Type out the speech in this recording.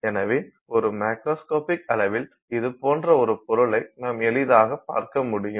எனவே ஒரு மேக்ரோஸ்கோபிக் அளவில் இது போன்ற ஒரு பொருளை நாம் எளிதாக பார்க்க முடியும்